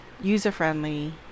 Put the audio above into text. user-friendly